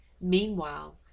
Meanwhile